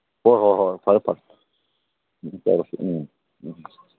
ꯍꯣꯏ ꯍꯣꯏ ꯍꯣꯏ ꯐꯔꯦ ꯐꯔꯦ